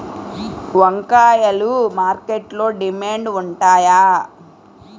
వంకాయలు మార్కెట్లో డిమాండ్ ఉంటాయా?